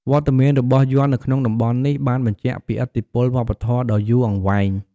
វត្តមានរបស់យ័ន្តនៅក្នុងតំបន់នេះ បានបញ្ជាក់ពីឥទ្ធិពលវប្បធម៌ដ៏យូរអង្វែង។